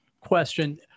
question